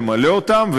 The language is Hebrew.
למלא אותם,